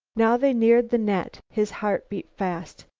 now they neared the net. his heart beat fast.